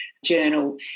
journal